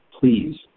Please